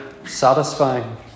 Satisfying